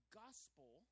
gospel